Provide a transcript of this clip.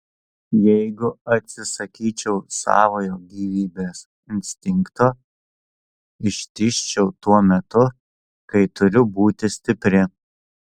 jeigu atsisakyčiau savojo gyvybės instinkto ištižčiau tuo metu kai turiu būti stipri